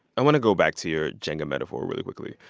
i want to go back to your jenga metaphor really quickly.